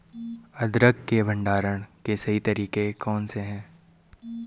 अदरक के भंडारण के सही तरीके कौन से हैं?